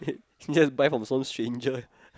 just buy from some stranger